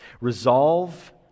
Resolve